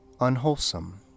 unwholesome